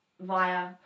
via